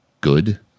good